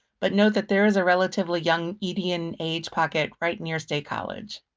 but note that there is a relatively young median age pocket right new york state college.